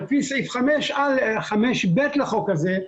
על פי סעיף 5ב לחוק הזה,